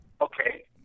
Okay